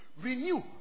Renew